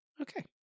Okay